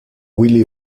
willy